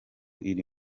iri